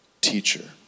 teacher